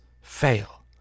fail